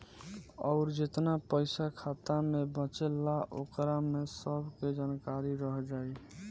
अउर जेतना पइसा खाता मे बचेला ओकरा में सब के जानकारी रह जाइ